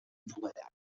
dovellat